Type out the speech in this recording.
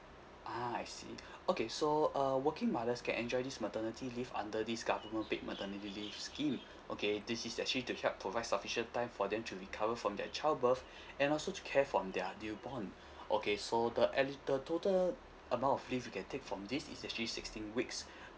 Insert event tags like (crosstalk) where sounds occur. (uh huh) I see (breath) okay so uh working mothers can enjoy this maternity leave under this government paid maternity leave scheme (breath) okay this is actually to help provide sufficient time for them to recover from their childbirth (breath) and also to care for their newborn (breath) okay so the eli~ the total amount of leave you can take from this is actually sixteen weeks (breath)